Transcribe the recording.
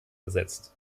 ersetzt